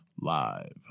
live